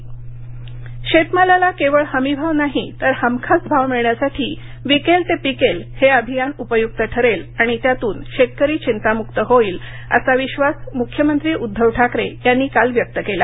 intro पिकेल ते विकेल शेतमालाला केवळ हमीभाव नाही तर हमखास भाव मिळण्यासाठी विकेल ते पिकेल हे अभियान उपयुक्त ठरेल आणि त्यातून शेतकरी चिंतामुक्त होईल असा विश्वास मुख्यमंत्री उद्धव ठाकरे यांनी काल व्यक्त केला